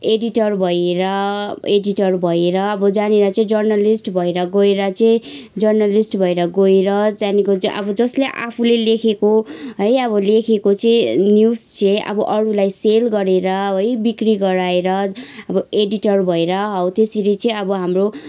editor भएर editor भएर अब जहाँनिर चाहिँ जर्नलिस्ट भएर गएर चाहिँ जर्नलिस्ट भएर गएर त्यहाँदेखिको अब जसले आफूले लेखेको है अब लेखेको चाहिँ न्युज चाहिँ अब अरूलाई सेल गरेर है बिक्री गराएर अब एडिटर भएर हौ त्यसरी चाहिँ अब हाम्रो